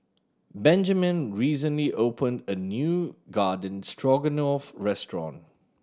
Benjamine recently opened a new Garden Stroganoff restaurant